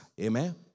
Amen